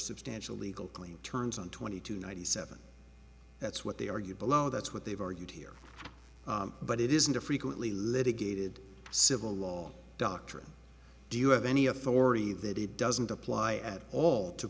substantial legal claim turns on twenty two ninety seven that's what they argue below that's what they've argued here but it isn't a frequently litigated civil law doctrine do you have any authority that it doesn't apply at all to